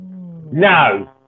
No